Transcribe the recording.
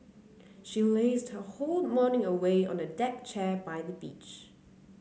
she lazed her whole morning away on a deck chair by the beach